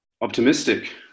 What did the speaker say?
optimistic